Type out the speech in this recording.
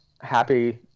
happy